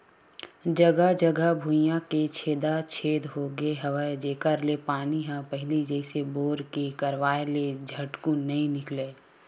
जघा जघा भुइयां के छेदा छेद होगे हवय जेखर ले पानी ह पहिली जइसे बोर के करवाय ले झटकुन नइ निकलय